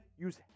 Use